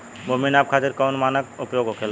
भूमि नाप खातिर कौन मानक उपयोग होखेला?